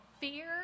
fear